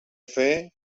fer